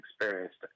experienced